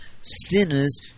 sinners